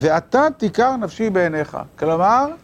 ואתה תיכר נפשי בעיניך, כלומר...